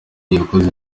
yakoze